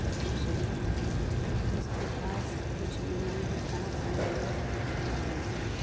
तब हम सुलह करेंगे उसके पास कुछ भी नई है कहाँ से नब्बे लाख रुपया देगी